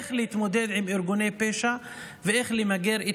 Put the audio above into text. איך להתמודד עם ארגוני פשע ואיך למגר את